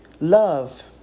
Love